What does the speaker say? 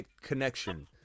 connection